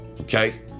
okay